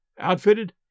outfitted